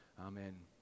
Amen